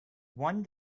one